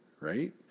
right